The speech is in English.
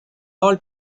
all